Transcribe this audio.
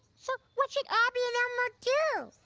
so what should abby and elmo do?